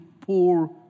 poor